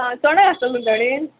आं चोणाक आसतलें तुमच्या कोडेन